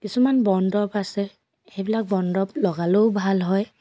কিছুমান বন দৰৱ আছে সেইবিলাক বন দৰৱ লগালেও ভাল হয়